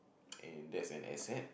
and that's an asset